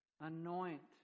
anoint